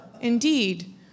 indeed